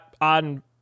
on